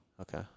Okay